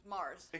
Mars